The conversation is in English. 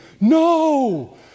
No